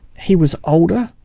he was older,